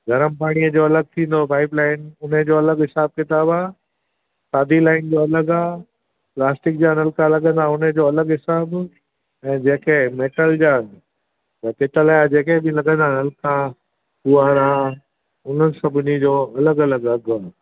गरम पाणीअ जो अलॻि थींदो पाइप लाइन उन जो अलॻि हिसाबु किताब आहे सादी लाइन जो अलॻि आहे प्लास्टिक जा नलका लॻंदा उन जो अलॻि हिसाबु ऐं जेके मैटल जा या पितल जा जेके बि लॻंदा नलका उहे उन्हनि सभिनीनि जो अलॻि अलॻि आहे अघु